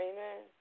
amen